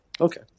Okay